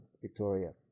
Victoria